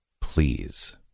Please